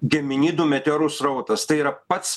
geminidų meteorų srautas tai yra pats